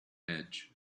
edge